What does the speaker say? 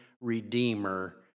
redeemer